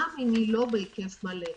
גם אם היא לא בהיקף מלא.